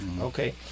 Okay